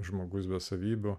žmogus be savybių